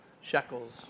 shekels